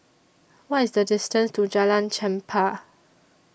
What IS The distance to Jalan Chempah